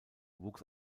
wuchs